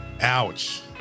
Ouch